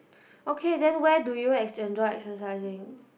okay then where do you exercising